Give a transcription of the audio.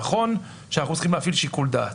נכון שאנחנו צריכים להפעיל שיקול דעת.